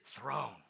throne